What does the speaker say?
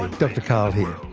ah dr karl here.